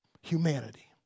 Humanity